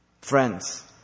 friends